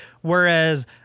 whereas